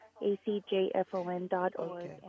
acjfon.org